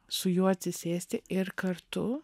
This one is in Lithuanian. su juo atsisėsti ir kartu